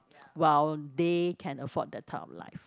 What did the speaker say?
while they can afford that type of life